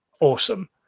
awesome